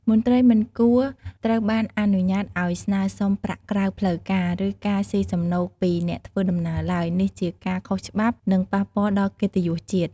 មន្ត្រីមិនគួរត្រូវបានអនុញ្ញាតឱ្យស្នើសុំប្រាក់ក្រៅផ្លូវការ ឬ ការស៊ីសំណូក ពីអ្នកធ្វើដំណើរឡើយ នេះជាការខុសច្បាប់ និងប៉ះពាល់ដល់កិត្តិយសជាតិ។